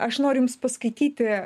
aš noriu jums paskaityti